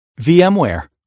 VMware